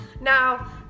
Now